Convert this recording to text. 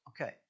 Okay